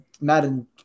Madden